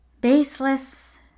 baseless